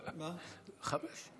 חמש.